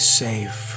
safe